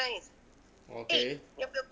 okay